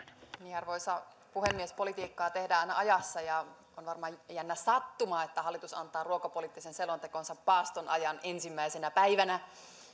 arvoisa puhemies politiikkaa tehdään ajassa ja on varmaan jännä sattuma että hallitus antaa ruokapoliittisen selontekonsa paastonajan ensimmäisenä päivänä